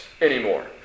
anymore